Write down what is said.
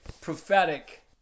prophetic